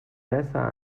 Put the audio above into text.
besser